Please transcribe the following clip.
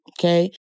okay